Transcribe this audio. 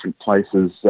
places